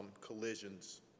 collisions